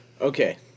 Okay